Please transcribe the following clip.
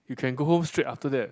you can go home straight after that